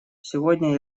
сегодня